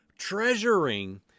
treasuring